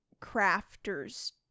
crafters